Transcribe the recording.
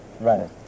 Right